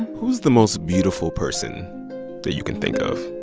who's the most beautiful person that you can think of?